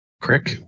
Crick